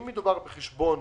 אם מדובר בחשבון